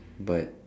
but